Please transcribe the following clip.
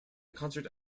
concert